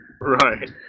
Right